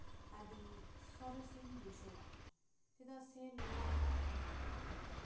ᱟᱹᱰᱤ ᱥᱚᱨᱮᱥ ᱤᱧ ᱵᱩᱡᱷᱟᱹᱣᱟ ᱪᱮᱫᱟᱜ ᱥᱮ ᱱᱚᱣᱟ